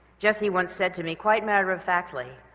jessie once said to me, quite matter-of-factly,